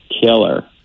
killer